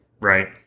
right